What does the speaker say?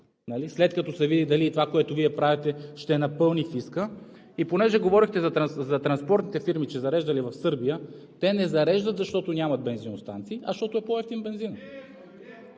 след като се види дали това, което Вие правите, ще напълни фиска. И понеже говорехте за транспортните фирми, че зареждали в Сърбия – те не зареждат, защото нямат бензиностанции, а защото е по-евтин бензинът.